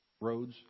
roads